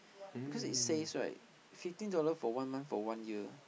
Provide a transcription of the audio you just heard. because it says right fifteen dollars for one month for one year